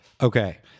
Okay